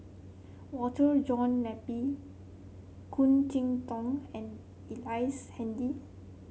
Walter John Napier Khoo Cheng Tiong and Ellice Handy